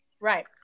Right